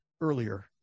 earlier